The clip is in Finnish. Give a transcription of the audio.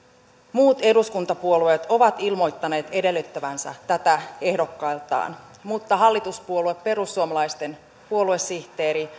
muut eduskuntapuolueet ovat ilmoittaneet edellyttävänsä tätä ehdokkailtaan mutta hallituspuolue perussuomalaisten puoluesihteeri